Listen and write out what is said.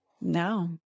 No